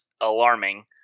alarming